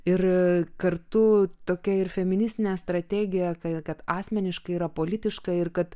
ir kartu tokia ir feministinė strategija kai kad asmeniškai yra politiškai ir kad